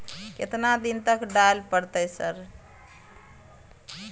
केतना दिन तक डालय परतै सर?